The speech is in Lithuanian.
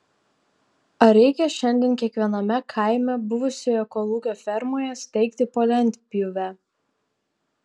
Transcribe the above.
ar reikia šiandien kiekviename kaime buvusioje kolūkio fermoje steigti po lentpjūvę